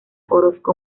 orozco